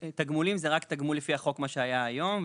תגמולים זה רק תגמול לפי החוק כמו שהיה היום.